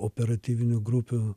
operatyvinių grupių